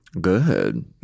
Good